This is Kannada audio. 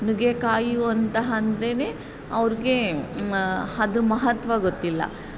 ನುಗ್ಗೆಕಾಯಿ ಅಂತಹ ಅಂದ್ರೇ ಅವ್ರಿಗೆ ಅದ್ರ ಮಹತ್ವ ಗೊತ್ತಿಲ್ಲ